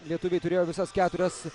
lietuviai turėjo visas keturias